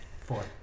Four